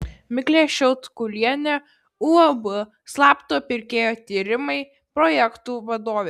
miglė šiautkulienė uab slapto pirkėjo tyrimai projektų vadovė